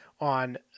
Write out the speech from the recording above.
...on